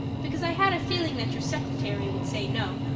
because i had a feeling that your secretary would say no.